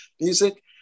music